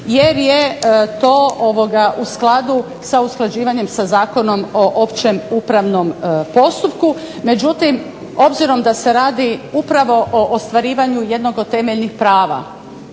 jer je to u skladu sa usklađivanjem sa Zakonom o općem upravnom postupku, međutim obzirom da se radi upravo o ostvarivanju jednog od temeljnih prava,